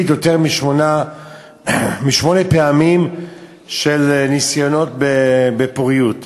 ביותר משמונה פעמים של ניסיונות פוריות.